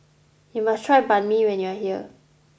you must try Banh Mi when you are here